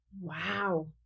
wow